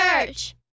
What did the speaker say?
church